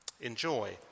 Enjoy